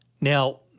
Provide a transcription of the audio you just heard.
Now